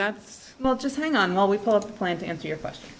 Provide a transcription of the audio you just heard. that's not just hang on while we pull up plan to answer your question